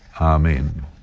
Amen